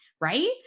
right